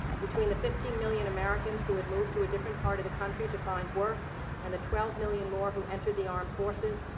between the fifty million americans who had moved to a different part of the country to find work and the twelve million more who entered the armed forces,